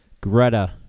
Greta